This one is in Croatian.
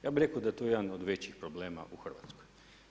Ja bih rekao da je to jedan od većih problema u Hrvatskoj.